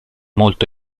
molto